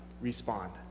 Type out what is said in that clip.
respond